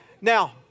Now